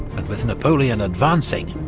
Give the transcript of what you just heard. and with napoleon advancing,